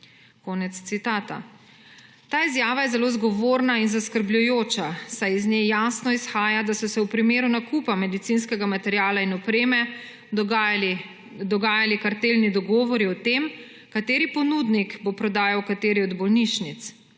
Konec citata. Ta izjava je zelo zgovorna in zaskrbljujoča, saj iz nje jasno izhaja, da so se v primeru nakupa medicinskega materiala in opreme dogajali kartelni dogovori o tem, kateri ponudnik bo prodajal kateri od bolnišnic.